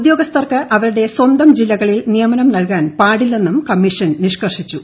ഉദ്യോഗസ്ഥർക്ക് അവരുടെ സ്വന്തം ജില്ലകളിൽ നിയമനം നൽകാൻ പാടില്ലെന്നും കമ്മീഷൻ നിഷ്കർഷിച്ചു